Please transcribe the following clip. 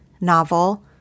novel